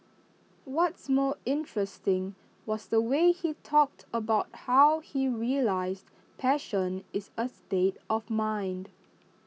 what's more interesting was the way he talked about how he realised passion is A state of mind